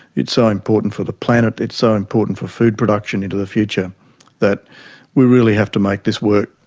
it's so important for the planet, it's so important for food production into the future that we really have to make this work.